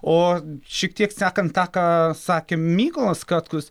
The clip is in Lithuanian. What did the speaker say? o šiek tiek sekant tą ką sakė mykolas katkus